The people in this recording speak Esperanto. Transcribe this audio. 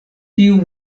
tiu